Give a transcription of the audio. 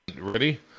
ready